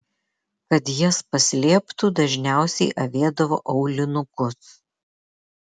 kad jas paslėptų dažniausiai avėdavo aulinukus